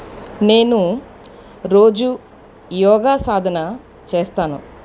నేను రోజూ యోగా సాధన చేస్తాను